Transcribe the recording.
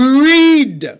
Greed